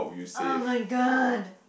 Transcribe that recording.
[oh]-my-god